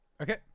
Okay